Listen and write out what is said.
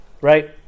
Right